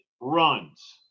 runs